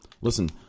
Listen